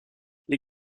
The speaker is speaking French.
les